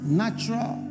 natural